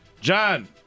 John